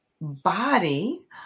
body